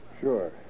Sure